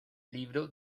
libro